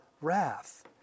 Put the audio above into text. Wrath